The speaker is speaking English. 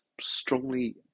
strongly